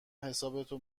حسابتو